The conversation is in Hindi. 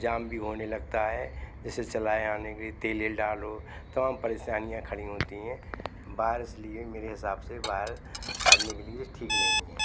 जाम भी होने लगता है जिसे चलाए जाने के लिए तेल वेल डालो तमाम परेशानियां खड़ी होती हैं बार इसलिए मेरे हिसाब से बार काटने के लिए ठीक नहीं है